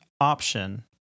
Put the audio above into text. option